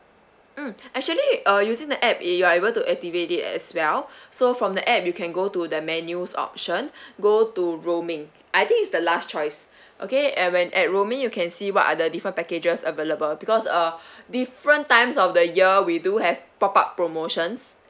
mm actually uh using the app you are able to activate it as well so from the app you can go to the menus option go to roaming I think is the last choice okay and when at roaming you can see what are the different packages available because uh different times of the year we do have pop up promotions